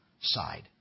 side